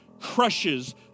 crushes